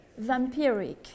vampiric